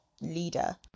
leader